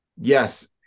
Yes